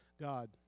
God